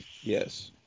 yes